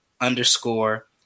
underscore